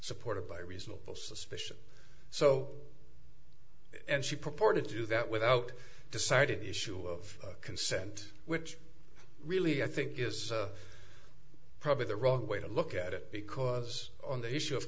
supported by reasonable suspicion so and she proport to do that without decided the issue of consent which really i think is probably the wrong way to look at it because on the issue of